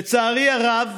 לצערי הרב,